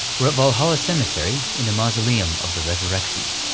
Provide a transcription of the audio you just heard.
we're at valhalla cemetery, in the mausoleum of the resurrection.